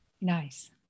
nice